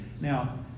Now